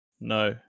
no